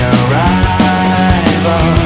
arrival